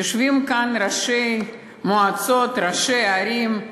יושבים כאן ראשי מועצות, ראשי ערים,